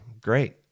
great